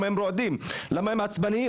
רועדים ועצבניים.